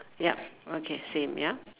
yup okay same ya